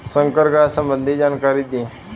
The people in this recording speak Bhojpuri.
संकर गाय संबंधी जानकारी दी?